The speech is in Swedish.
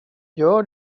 gör